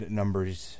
numbers